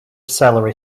celery